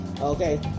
Okay